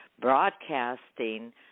broadcasting